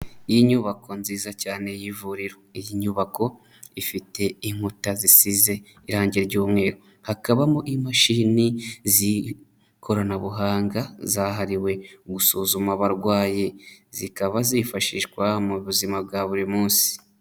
Inyubako nziza cyane y'ivuriro iyi nyubako ifite inkuta zisize irangi ry'umweru, hakabamo imashini z'ikoranabuhanga zahariwe gusuzuma abarwayi zikaba zifashishwa mu buzima bwa buri munsi.